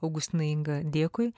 augustinai inga dėkui